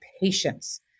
patience